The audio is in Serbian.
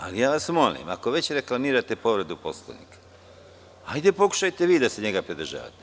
Ali, ja vas molim, ako već reklamirate povredu Poslovnika, pokušajte vi da se njega pridržavate.